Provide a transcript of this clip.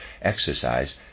exercise